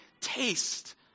taste